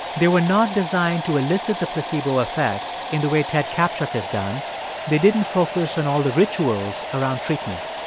they were not designed to elicit the placebo effect in the way ted kaptchuk has done they didn't focus on all the rituals around treatment.